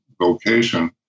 vocation